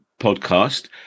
podcast